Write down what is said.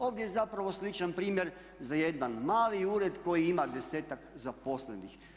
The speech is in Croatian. Ovdje je zapravo sličan primjer za jedan mali ured koji ima desetak zaposlenih.